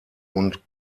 und